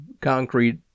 concrete